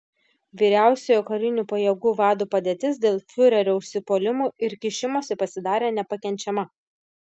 vyriausiojo karinių pajėgų vado padėtis dėl fiurerio užsipuolimų ir kišimosi pasidarė nepakenčiama